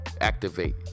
activate